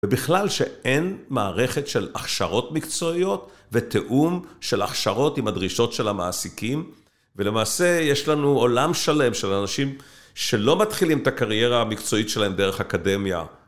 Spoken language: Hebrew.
ובכלל שאין מערכת של הכשרות מקצועיות ותאום של הכשרות עם הדרישות של המעסיקים, ולמעשה יש לנו עולם שלם של אנשים שלא מתחילים את הקריירה המקצועית שלהם דרך אקדמיה.